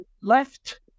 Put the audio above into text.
left